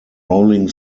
rolling